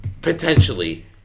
Potentially